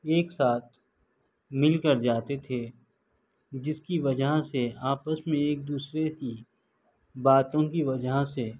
ایک ساتھ مل کر جاتے تھے جس کی وجہ سے آپس میں ایک دوسرے کی باتوں کی وجہ سے